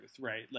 right